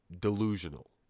delusional